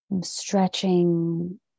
Stretching